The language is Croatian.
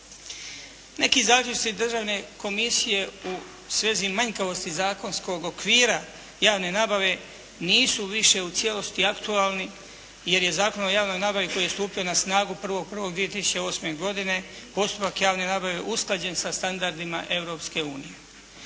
Neki zaključci Državne komisije u svezi manjkavosti zakonskog okvira javne nabave nisu više u cijelosti aktualni jer je Zakon o javnoj nabavi koji je stupio na snagu 1.1.2008. godine postupak javne nabave usklađen sa standardima